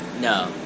No